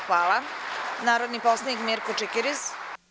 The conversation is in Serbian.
Reč ima narodni poslanik Mirko Čikiriz.